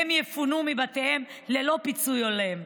הם יפונו מבתיהם ללא פיצוי הולם.